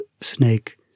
snake